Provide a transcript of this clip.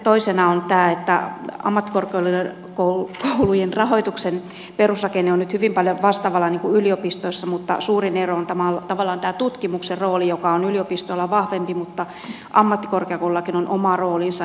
toisena on tämä että ammattikorkeakoulujen rahoituksen perusrakenne on nyt hyvin paljon vastaavanlainen kuin yliopistoissa mutta suurin ero on tavallaan tutkimuksen rooli joka on yliopistolla vahvempi mutta ammattikorkeakoulullakin on oma roolinsa